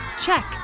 Check